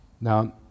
Now